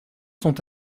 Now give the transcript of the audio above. sont